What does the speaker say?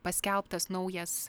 paskelbtas naujas